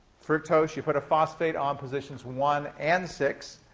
fructose, you put a phosphate on positions one and six,